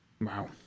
Wow